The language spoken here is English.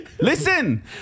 Listen